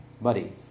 buddy